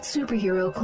Superhero